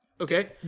Okay